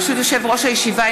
ברשות יושב-ראש הישיבה,